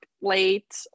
late